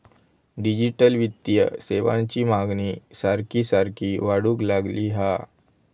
digital वित्तीय सेवांची मागणी सारखी सारखी वाढूक लागली हा